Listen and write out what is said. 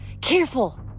Careful